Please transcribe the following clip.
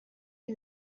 ibi